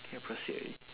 can proceed already